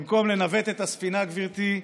במקום לנווט את הספינה, גברתי,